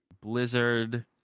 Blizzard